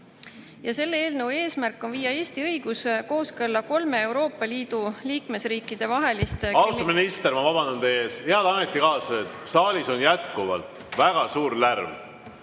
Selle eelnõu eesmärk on viia Eesti õigus kooskõlla kolme Euroopa Liidu liikmesriikide vahelist ... Austatud minister, ma vabandan teie ees. Head ametikaaslased! Saalis on jätkuvalt väga suur lärm.